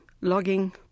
logging